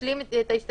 השלים את ההשתתפות.